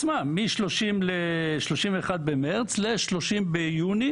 מ-31 במרץ ל-30 ביוני,